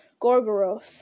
Gorgoroth